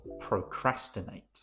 Procrastinate